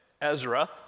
Ezra